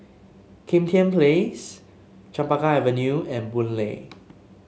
Kim Tian Place Chempaka Avenue and Boon Lay